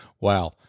wow